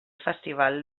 festival